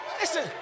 Listen